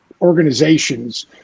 organizations